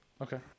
Okay